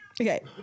okay